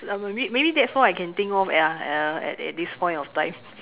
I'm a bit maybe that's all I can think of ya uh at at this point of life